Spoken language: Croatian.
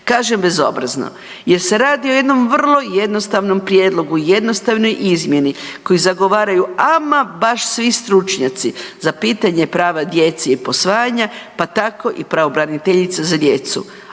Kažem bezobrazno jer se radi o jednom vrlo jednostavnom prijedlogu, jednostavnoj izmjenu koju zagovaraju ama baš svi stručnjaci za pitanje prava djeci … /ne razumije se/… posvajanja, pa tako i pravobraniteljica za djecu.